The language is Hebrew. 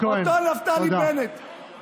אותו נפתלי בנט, חבר הכנסת כהן, תודה.